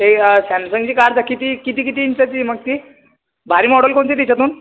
ते सॅमसंगची काढ जा किती किती किती इंचाची आहे मग ती भारी मॉडल कोणती आहे त्याच्यातून